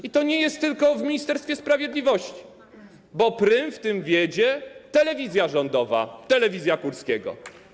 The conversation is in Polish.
I to nie jest tylko w Ministerstwie Sprawiedliwości, bo prym w tym wiedzie telewizja rządowa, telewizja Kurskiego.